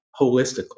holistically